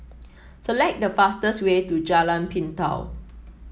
select the fastest way to Jalan Pintau